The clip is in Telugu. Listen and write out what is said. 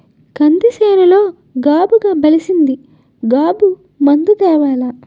కంది సేనులో గాబు బలిసీసింది గాబు మందు తేవాల